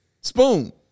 spoon